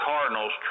Cardinals